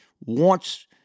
wants